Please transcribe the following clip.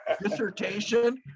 dissertation